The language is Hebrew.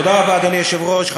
תודה רבה, אדוני היושב-ראש.